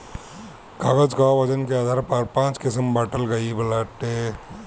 कागज कअ वजन के आधार पर पाँच किसिम बांटल गइल बाटे